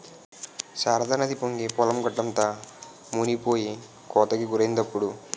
శారదానది పొంగి పొలం గట్టంతా మునిపోయి కోతకి గురైందిప్పుడు